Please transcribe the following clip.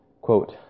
quote